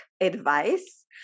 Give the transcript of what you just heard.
advice